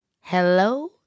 Hello